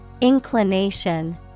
Inclination